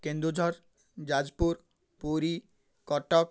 Keonjhar Jajpur Puri Cuttack